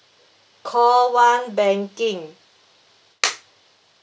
call one banking